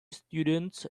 students